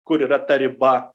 kur yra ta riba